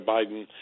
Biden